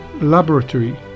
laboratory